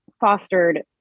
fostered